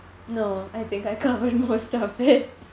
no I think I covered most of it